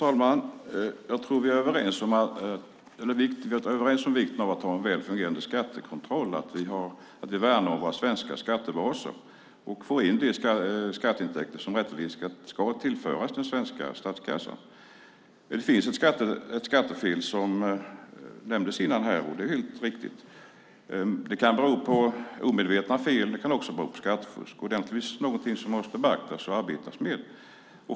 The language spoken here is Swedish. Fru talman! Vi är överens om vikten av att ha en väl fungerande skattekontroll, att vi värnar om våra svenska skattebaser och får in de skatteintäkter som rätteligen ska tillföras den svenska statskassan. Det finns ett skattefel som nämndes innan här. Det är helt riktigt. Det kan bero på omedvetna fel. Det kan också bero på skattefusk. Det är naturligtvis något som måste beaktas och arbetas med.